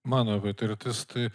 mano patirtis taip